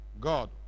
God